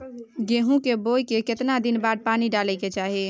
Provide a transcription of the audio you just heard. गेहूं के बोय के केतना दिन बाद पानी डालय के चाही?